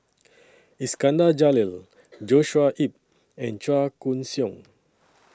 Iskandar Jalil Joshua Ip and Chua Koon Siong